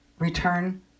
Return